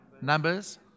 Numbers